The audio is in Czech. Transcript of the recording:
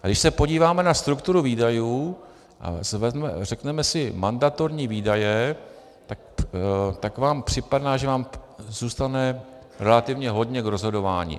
A když se podíváme na strukturu výdajů a řekneme si mandatorní výdaje, tak vám připadá, že vám zůstane relativně hodně k rozhodování.